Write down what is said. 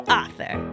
author